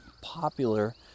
popular